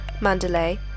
Mandalay